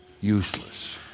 useless